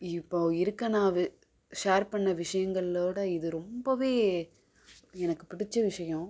இப்போது இருகனாவு ஷேர் பண்ண விஷயங்களோட இது ரொம்பவே எனக்கு பிடிச்ச விஷயோம்